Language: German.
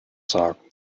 sagen